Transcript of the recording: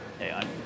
AI